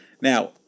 Now